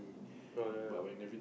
oh ya ya